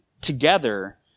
together